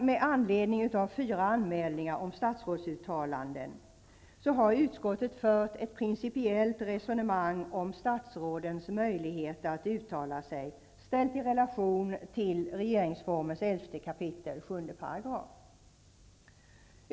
Med anledning av fyra anmälningar om uttalanden från statsråd har utskottet fört ett principiellt resonemang om statsrådens möjligheter att uttala sig ställt i relation till 11 kap. 7 § i regeringsformen.